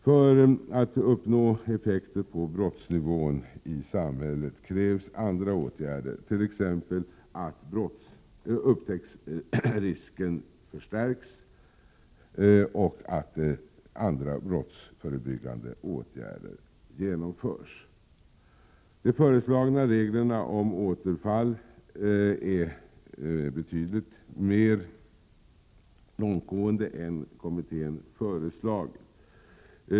För att uppnå effekter på brottsnivån i samhället krävs andra åtgärder, t.ex. att upptäcktsrisken förstärks och att andra brottsförebyggande åtgärder vidtas. De föreslagna reglerna om återfall är betydligt mer långtgående än kommittén föreslagit.